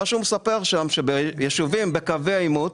והוא מספר שיישובים בקווי העימות